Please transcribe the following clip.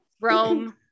Rome